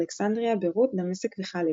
אלכסנדריה, ביירות, דמשק וחלב.